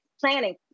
planning